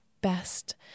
best